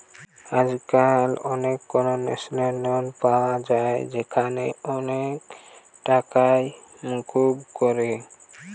আজকাল অনেক concessional loan পায়া যায় যেখানে অনেকটা টাকাই মুকুব করে